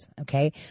okay